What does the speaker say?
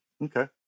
Okay